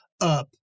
up